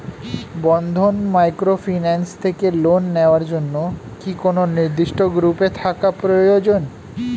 বন্ধন microfinance থেকে loan নেওয়ার জন্য কি কোন নির্দিষ্ট গ্রুপে থাকা প্রয়োজন?